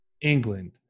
England